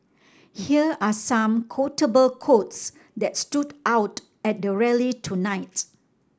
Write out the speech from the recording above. here are some quotable quotes that stood out at the rally tonight